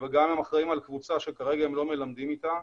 וגם אחראים על קבוצה שכרגע הם לא מלמדים אותה.